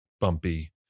bumpy